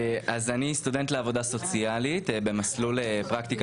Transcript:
אני סטודנט לעבודה סוציאלית במסלול פרקטיקה